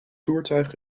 voertuig